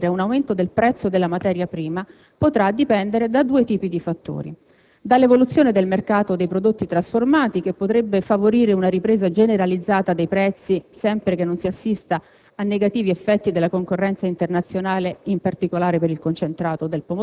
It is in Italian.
Per l'industria presumiamo invece che la capacità di sostenere un aumento del prezzo della materia prima potrà dipendere da due tipi di fattori: dall'evoluzione del mercato dei prodotti trasformati, che potrebbe favorire una ripresa generalizzata dei prezzi, sempre che non si assista